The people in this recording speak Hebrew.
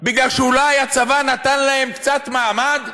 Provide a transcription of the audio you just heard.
כי אולי הצבא נתן להם קצת מעמד?